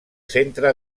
centre